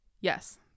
Yes